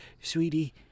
sweetie